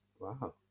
Wow